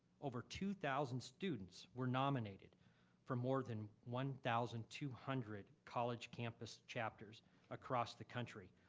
over two thousand students were nominated for more than one thousand two hundred college campus chapters across the country.